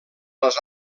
les